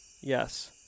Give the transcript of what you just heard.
yes